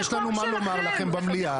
יש לנו מה לומר לכם במליאה.